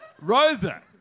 Rosa